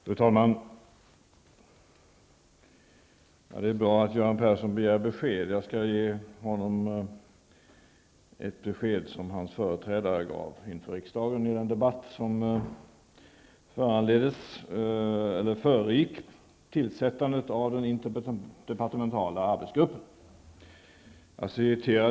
Fru talman! Det är bra att Göran Persson begär besked. Jag skall ge honom ett besked som den socialdemokratiske miljöministern gav inför riksdagen i en debatt som föregick tillsättandet av den interdepartementala arbetsgruppen.